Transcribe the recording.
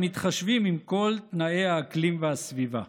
מתחשבים עם כל תנאי האקלים והסביבה?